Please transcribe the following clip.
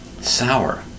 Sour